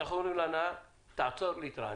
אנחנו אומרים לנהג, תעצור להתרענן.